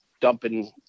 dumping